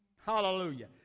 Hallelujah